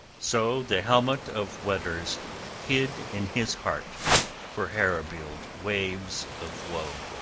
so the helmet-of-weders hid in his heart for herebeald waves of woe.